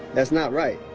that's not right.